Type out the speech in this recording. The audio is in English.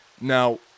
Now